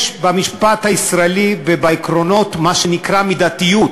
יש במשפט הישראלי ובעקרונות מה שנקרא מידתיות.